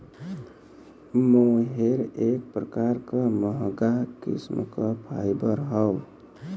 मोहेर एक प्रकार क महंगा किस्म क फाइबर हौ